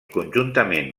conjuntament